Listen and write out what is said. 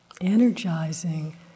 energizing